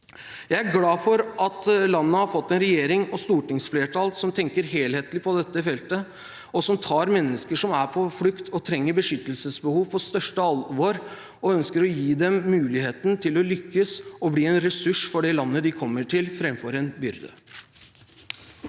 Jeg er glad for at landet har fått en regjering og et stortingsflertall som tenker helhetlig på dette feltet, og som tar mennesker som er på flukt og har et beskyttelsesbehov, på største alvor, og som ønsker å gi dem muligheten til å lykkes og bli en ressurs for det landet de kommer til, framfor en byrde.